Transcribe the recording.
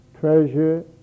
treasure